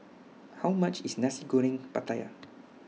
How much IS Nasi Goreng Pattaya